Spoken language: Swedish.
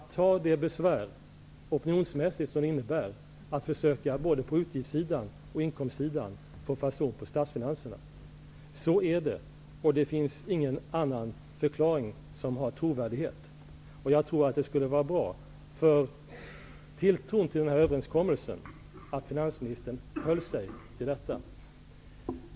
Vi tar det besvär som det innebär opinionsmässigt att på både utgiftssidan och inkomstsidan försöka få fason på statsfinanserna. Så är det, och det finns ingen annan förklaring som har trovärdighet. Det skulle vara bra för tilltron till denna överenskommelse om finansministern höll sig till detta.